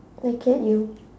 I get you